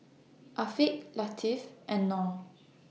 Afiq Latif and Noh